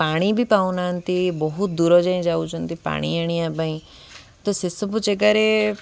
ପାଣି ବି ପାଉନାହାନ୍ତି ବହୁତ ଦୂର ଯାଏଁ ଯାଉଛନ୍ତି ପାଣି ଆଣିବା ପାଇଁ ତ ସେସବୁ ଜାଗାରେ